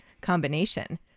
combination